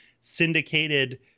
syndicated